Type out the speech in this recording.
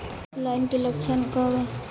ऑफलाइनके लक्षण क वा?